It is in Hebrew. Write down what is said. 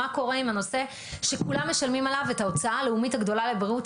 מה קורה עם הנושא שכולם משלמים עליו את ההוצאה הלאומית הגדולה לבריאות,